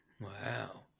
Wow